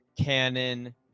canon